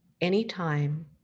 Anytime